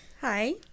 Hi